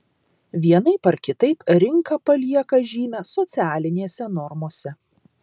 vienaip ar kitaip rinka palieka žymę socialinėse normose